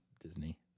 Disney